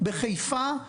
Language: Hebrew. בחיפה,